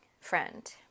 friend